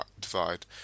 divide